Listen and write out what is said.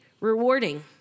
rewarding